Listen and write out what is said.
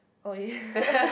okay